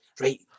right